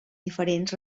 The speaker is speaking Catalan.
diferents